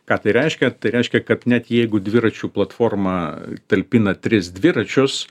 ką tai reiškia tai reiškia kad net jeigu dviračių platforma talpina tris dviračius